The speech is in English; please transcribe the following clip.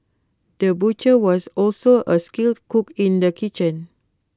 the butcher was also A skilled cook in the kitchen